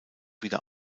wieder